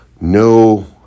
no